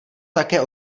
také